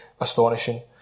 astonishing